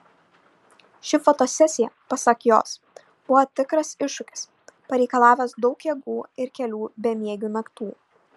ši fotosesija pasak jos buvo tikras iššūkis pareikalavęs daug jėgų ir kelių bemiegių naktų